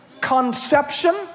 Conception